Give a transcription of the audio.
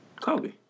Kobe